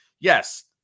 yes